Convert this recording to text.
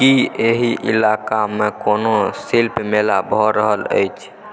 की एहि इलाकामे कोनो शिल्पमेला भऽ रहल अछि